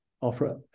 offer